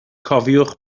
cofiwch